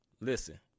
listen